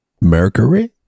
Mercury